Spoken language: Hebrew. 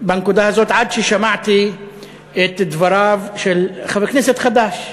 בנקודה הזאת, עד ששמעתי את דבריו של חבר כנסת חדש.